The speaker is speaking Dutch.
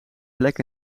plek